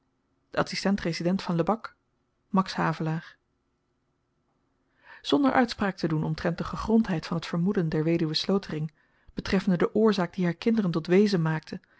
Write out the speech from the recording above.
de adsistent resident van lebak max havelaar zonder uitspraak te doen omtrent de gegrondheid van het vermoeden der weduwe slotering betreffende de oorzaak die haar kinderen tot weezen maakte